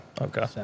Okay